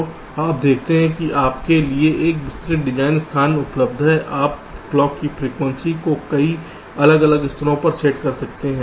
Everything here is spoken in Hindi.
तो आप देखते हैं कि आपके लिए एक विस्तृत डिज़ाइन स्थान उपलब्ध है आप क्लॉक की फ्रीक्वेंसी को कई अलग अलग स्तरों पर सेट कर सकते हैं